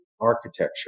architecture